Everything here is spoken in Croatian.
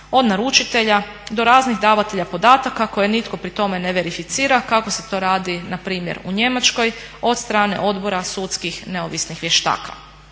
od naručitelja do raznih davatelja podataka koje nitko pri tome ne verificira kako se to radi npr. u Njemačkoj od strane odbora sudskih neovisnih vještaka.